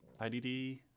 IDD